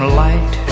light